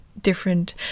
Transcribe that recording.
different